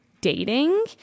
dating